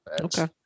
Okay